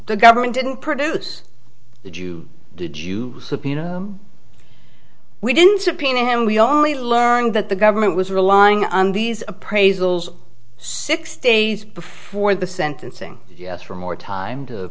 the government didn't produce did you did you subpoena we didn't subpoena him we only learned that the government was relying on these appraisals six days before the sentencing yes for more time to